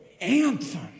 anthem